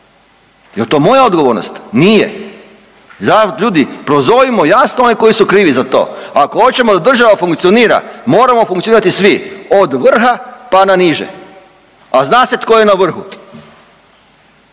Jel to moja odgovornost? Nije. Ja ljudi, prozovimo jasno one koji su krivi za to. Ako hoćemo da država funkcionira moramo funkcionirati svi od vrha pa na niže, a zna se tko je na vrhu.